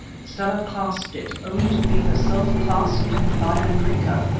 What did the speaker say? stella clasped it, only to be herself clasped by hendrika.